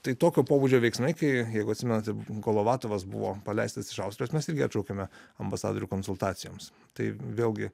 tai tokio pobūdžio veiksmai kai jeigu atsimenate kolovatovas buvo paleistas iš austrijos mes irgi atšaukėme ambasadorių konsultacijoms tai vėlgi